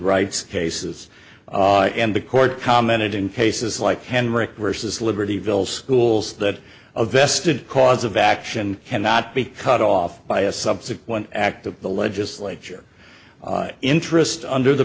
rights cases and the court commented in cases like henrik vs libertyville schools that a vested cause of action cannot be cut off by a subsequent act of the legislature interest under the